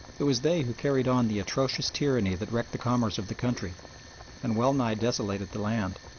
it was they who carried on the atrocious tyranny that wrecked the commerce of the country and well-nigh desolated the land,